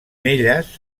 elles